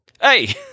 Hey